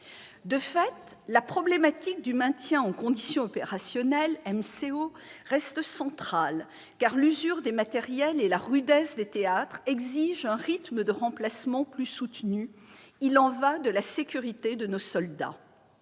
De fait, la problématique du maintien en condition opérationnelle, ou MCO, reste centrale, car l'usure des matériels et la rudesse des théâtres exigent un rythme de remplacement plus soutenu. Il y va de la sécurité de nos soldats.